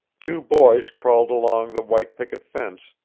two boys crawled along the white picket fence,